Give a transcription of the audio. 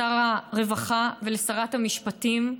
לשר הרווחה ולשרת המשפטים,